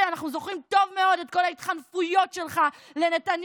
אנחנו זוכרים טוב מאוד את כל ההתחנפויות שלך לנתניהו,